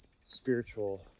spiritual